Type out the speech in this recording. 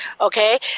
Okay